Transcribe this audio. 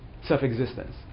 self-existence